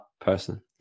person